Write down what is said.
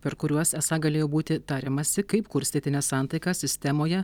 per kuriuos esą galėjo būti tariamasi kaip kurstyti nesantaiką sistemoje